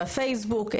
בפייסבוק,